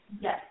Yes